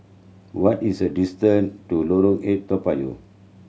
what is the distance to Lorong Eight Toa Payoh